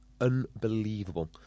unbelievable